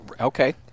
okay